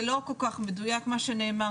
זה לא כל כך מדויק מה שנאמר.